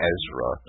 Ezra